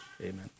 amen